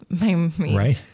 Right